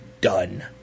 done